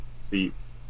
seats